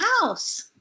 house